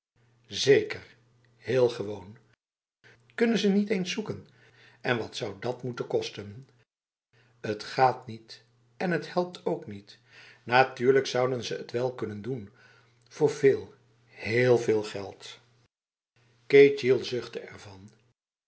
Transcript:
zeker heel gewoonf kunnen ze niet eens zoeken en wat zou dat moeten kosten het gaat niet en t helpt ook niet natuurlijk zouden ze het wel kunnen doen voor veel heel veel geld ketjil zuchtte ervan